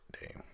day